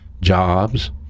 jobs